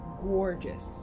gorgeous